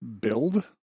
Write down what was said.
build